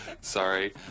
Sorry